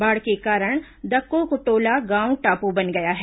बाढ़ के कारण दककोटोला गांव टापू बन गया है